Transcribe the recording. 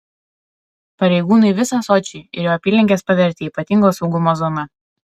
pareigūnai visą sočį ir jo apylinkes pavertė ypatingo saugumo zona